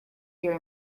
your